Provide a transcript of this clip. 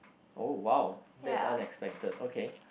oh !wow! that's unexpected okay